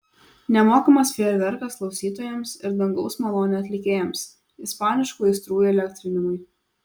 nemokamas fejerverkas klausytojams ir dangaus malonė atlikėjams ispaniškų aistrų įelektrinimui